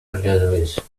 оглядываясь